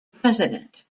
president